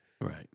right